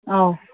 ꯑꯧ